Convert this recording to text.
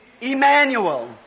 Emmanuel